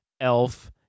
Elf